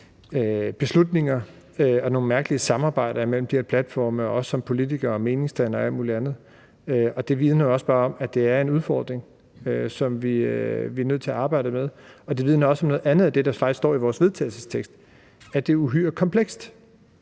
beslutninger og nogle mærkelige samarbejder mellem de her platforme – også for politikere og meningsdannere og alt muligt andet. Og det vidner også bare om, at det er en udfordring, som vi er nødt til at arbejde med. Og det vidner også om noget andet af det, som også står i vores forslag til vedtagelse, nemlig at det er uhyre komplekst.